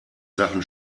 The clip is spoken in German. sachen